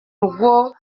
rugo